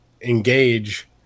engage